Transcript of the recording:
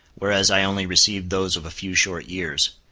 whereas i only received those of a few short years.